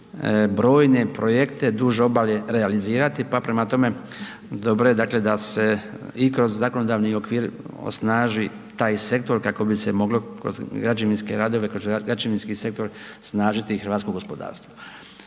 brojne projekte duž obale realizirat, pa prema tome dobro je, dakle da se i kroz zakonodavni okvir osnaži taj sektor kako bi se moglo kroz građevinske radove, kroz građevinski sektor snažiti hrvatsko gospodarstvo.